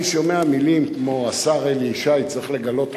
אני שומע מלים כמו: השר אלי ישי צריך לגלות חמלה.